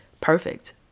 perfect